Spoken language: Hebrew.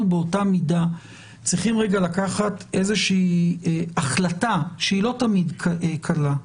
באותה מידה צריכים לקחת איזושהי החלטה שהיא לא תמיד קלה,